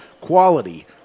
quality